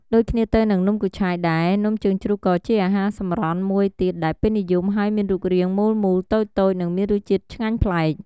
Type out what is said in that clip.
ដូចគ្នាទៅនឹងនំគូឆាយដែរ នំជើងជ្រូកក៏ជាអាហារសម្រន់មួយទៀតដែលពេញនិយមហើយមានរូបរាងមូលៗ តូចៗ និងមានរសជាតិឆ្ងាញ់ប្លែក។